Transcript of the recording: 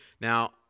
Now